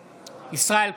בעד ישראל כץ,